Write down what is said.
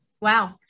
Wow